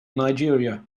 nigeria